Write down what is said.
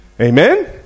Amen